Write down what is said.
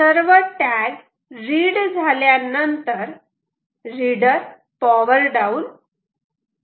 सर्व tag read झाल्यानंतर reader power down करतो